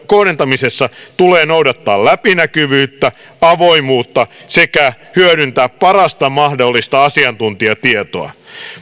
kohdentamisessa tulee noudattaa läpinäkyvyyttä avoimuutta sekä hyödyntää parasta mahdollista asiantuntijatietoa